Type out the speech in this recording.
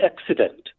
accident